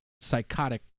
psychotic